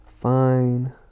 Fine